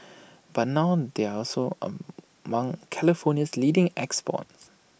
but now they are also among California's leading exports